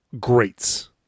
greats